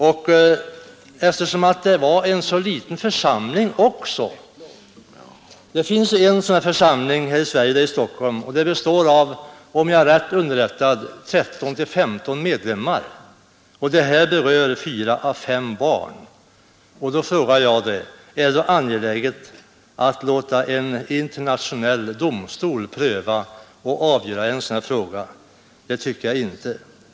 Och eftersom det var en så liten församling — det finns ju en enda församling i Sverige, nämligen här i Stockholm, och den består, om jag är rätt underrättad, av 13—15 medlemmar och ärendet berör 4 å 5 barn — frågar jag: Är det angeläget att låta en internationell domstol pröva och avgöra ett sådant ärende? Det tycker jag inte.